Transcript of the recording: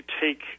take